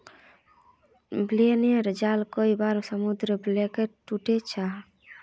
न्य्लोनेर जाल कई बार समुद्र वगैरहत छूटे जाह